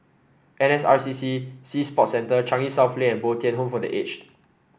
N S R C C Sea Sports Centre Changi South Lane and Bo Tien Home for The Aged